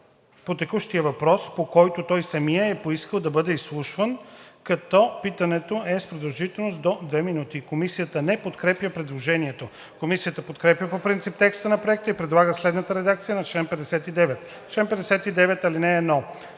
по текущия въпрос, по който той самият е поискал да бъде изслушан, като питането е с продължителност до две минути.“ Комисията не подкрепя предложението. Комисията подкрепя по принцип текста на Проекта и предлага следната редакция на чл. 59: „Чл. 59. (1)